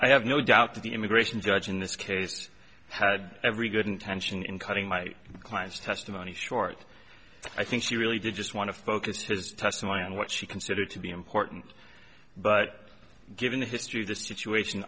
i have no doubt that the immigration judge in this case had every good intention in cutting my client's testimony short i think she really did just want to focus his testimony on what she considered to be important but given the history of the situation